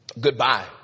goodbye